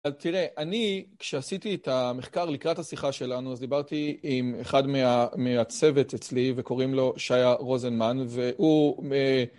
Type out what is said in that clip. תראה, אני כשעשיתי את המחקר לקראת השיחה שלנו, אז דיברתי עם אחד מהצוות אצלי, וקוראים לו שעיה רוזנמן, והוא...